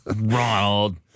Ronald